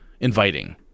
inviting